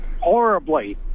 horribly